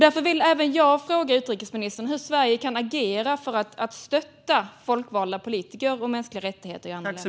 Därför vill även jag fråga utrikesministern hur Sverige kan agera för att stötta folkvalda politiker och mänskliga rättigheter i andra länder.